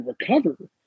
recover